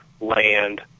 land